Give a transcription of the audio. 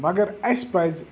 مگر اَسہِ پَزِ